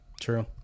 True